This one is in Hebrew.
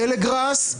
טלגראס,